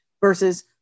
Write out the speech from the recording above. versus